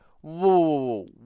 Whoa